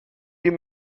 you